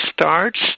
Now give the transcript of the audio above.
starts